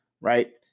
right